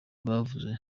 bavuze